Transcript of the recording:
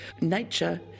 nature